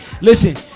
Listen